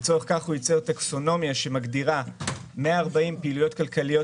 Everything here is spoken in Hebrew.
לצורך כך הוא ייצר טקסונומיה שמגדירה 140 פעילויות כלכליות